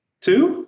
Two